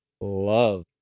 love